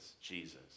Jesus